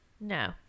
No